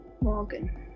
morgan